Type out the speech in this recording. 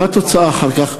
מה התוצאה אחר כך?